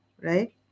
right